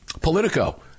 Politico